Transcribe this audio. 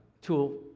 tool